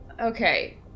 Okay